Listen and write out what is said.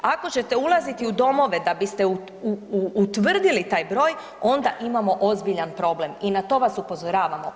Ako ćete ulaziti u domove da biste utvrdili taj broj, onda imamo ozbiljan problem i na to vas upozoravamo.